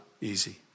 easy